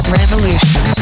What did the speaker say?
revolution